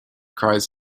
cries